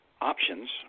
options